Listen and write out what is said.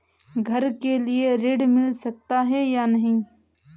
घर के लिए ऋण मिल सकता है या नहीं?